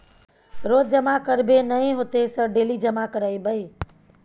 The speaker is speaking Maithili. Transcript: रोज जमा करबे नए होते सर डेली जमा करैबै?